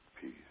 peace